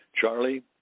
Charlie